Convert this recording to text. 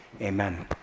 Amen